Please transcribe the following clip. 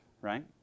right